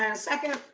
ah second,